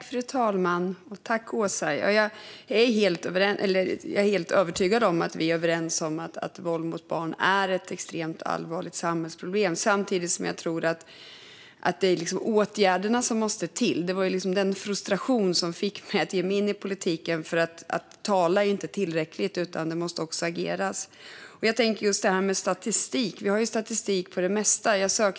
Fru talman! Jag är helt övertygad, Åsa, om att vi är överens om att våld mot barn är ett extremt allvarligt samhällsproblem. Samtidigt tror jag att det är åtgärderna som måste till. Det var frustrationen över detta som fick mig att ge mig in i politiken. Det är inte tillräckligt att tala, utan det måste också ageras. Jag tänker på det här med statistik. Vi har ju statistik över det mesta.